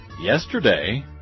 yesterday